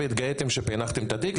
והתגאיתם שפענחתם את התיק,